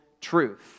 truth